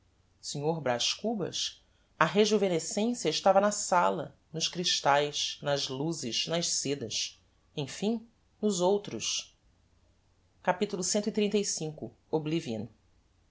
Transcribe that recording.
sr braz cubas a rejuvenescencia estava na sala nos crystaes nas luzes nas sedas emfim nos outros capitulo cxxxv oblivion e